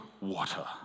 water